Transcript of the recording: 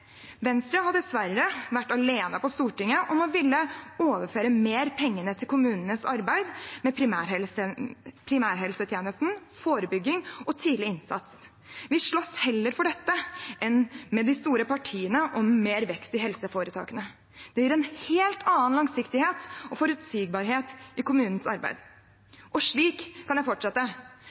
Venstre har dessverre vært alene på Stortinget om å ville overføre mer penger til kommunenes arbeid med primærhelsetjenesten, forebygging og tidlig innsats. Vi slåss heller for dette enn med de store partiene om mer vekst i helseforetakene. Det gir en helt annen langsiktighet og forutsigbarhet i kommunenes arbeid. Og slik kan jeg fortsette.